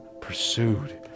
pursued